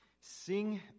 Sing